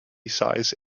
size